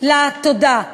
לה תודה.